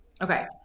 Okay